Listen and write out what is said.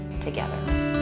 together